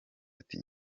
ati